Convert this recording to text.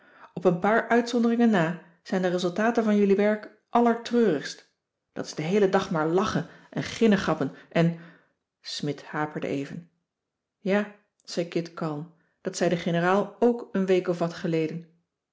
op een paar uitzonderingen na zijn de resultaten van jullie werk allertreurigst dat is den heelen dag maar lachen en ginnegappen en smidt haperde even ja zei kit kalm dat zei de generaal ook een week of wat geleden